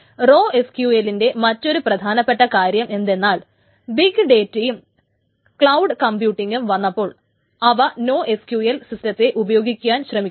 raw എസ്ക്യുഎൽന്റെ മറ്റൊരു പ്രധാനപ്പെട്ട കാര്യം എന്തെന്നാൽ ബിഗ് ഡേറ്റയും കൌള്ഡ് കംപ്യൂട്ടിങ്ങും വന്നപ്പോൾ അവ നോഎസ്ക്യൂഎൽ സിസ്റ്റത്തെ ഉപയൊഗിക്കുവാൻ ശ്രമിക്കുന്നു